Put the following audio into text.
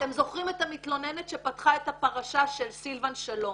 אתם זוכרים את המתלוננת שפתחה את הפרשה של סילבן שלום?